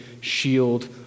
shield